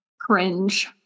Cringe